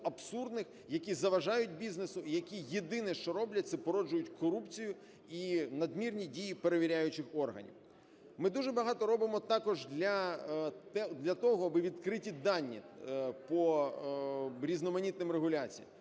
абсурдних, які заважають бізнесу і які єдине що роблять, це породжують корупцію і надмірні дії перевіряючих органів. Ми дуже багато робимо також для того, аби відкрити дані по різноманітним регуляціям.